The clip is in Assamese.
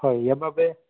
হয় ইয়াৰপৰা গৈ